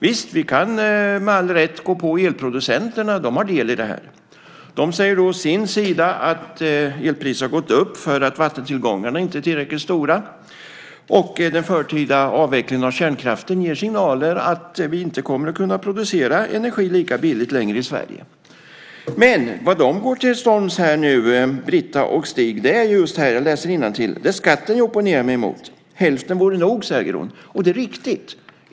Visst, vi kan med all rätt gå på elproducenterna - de har del i det här. De säger då å sin sida att elpriserna har gått upp därför att vattentillgångarna inte är tillräckligt stora, och den förtida avvecklingen av kärnkraften ger signaler om att vi inte kommer att kunna producera energi lika billigt längre i Sverige. Det Brita och Stig går till storms emot nu här är skatten. Jag läser innantill: "Det är skatten jag opponerar mig mot. Hälften vore nog, säger hon." Och det är riktigt.